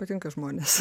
patinka žmonės